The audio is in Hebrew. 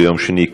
ביום שני,